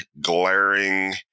glaring